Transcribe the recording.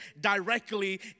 directly